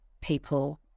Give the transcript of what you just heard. people